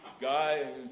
guy